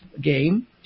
game